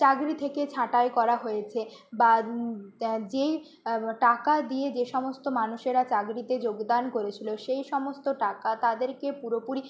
চাকরি থেকে ছাঁটাই করা হয়েছে বা তা যেই টাকা দিয়ে যে সমস্ত মানুষেরা চাকরিতে যোগদান করেছিলো সেই সমস্ত টাকা তাদেরকে পুরোপুরি